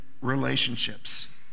relationships